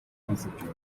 conceptual